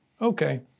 okay